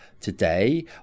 today